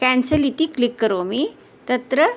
cancel इति click करोमि तत्र